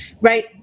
right